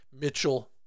Mitchell